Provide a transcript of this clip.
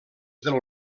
del